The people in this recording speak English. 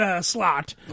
slot